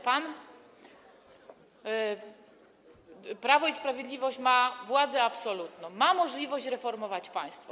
Prawo i Sprawiedliwość ma władzę absolutną, ma możliwość reformować państwo.